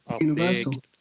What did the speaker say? Universal